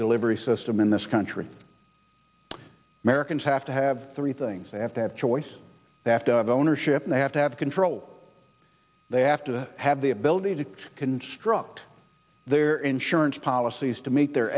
system in this country americans have to have three things they have to have choice after of ownership they have to have control they have to have the ability to construct their insurance policies to meet their